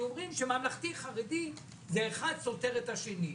אנחנו אומרים שממלכתי-חרדי זה אחד סותר את השני.